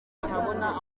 ahabona